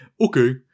okay